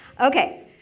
Okay